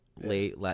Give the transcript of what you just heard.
late